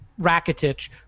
Rakitic